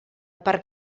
per